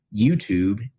YouTube